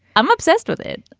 i'm obsessed with it.